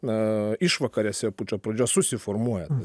na išvakarėse pučo pradžios susiformuojant